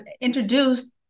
introduced